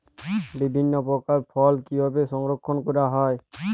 বিভিন্ন প্রকার ফল কিভাবে সংরক্ষণ করা হয়?